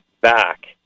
back